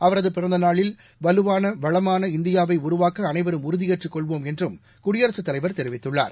அவரது பிறந்த நாளில் வலுவான வளமான இந்தியாவை உருவாக்க அனைவரும் உறுதியேற்றுக் கொள்வோம் என்றும் குடியரசுத் தலைவர் தெரிவித்துள்ளார்